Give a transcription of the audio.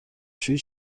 شویی